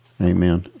amen